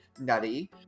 Nutty